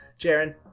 Jaren